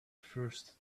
first